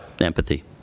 empathy